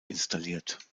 installiert